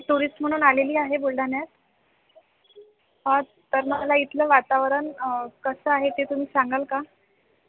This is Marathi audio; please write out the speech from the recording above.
तर मला इथलं वातावरण कसं आहे ते तुम्ही सांगाल का